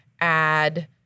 add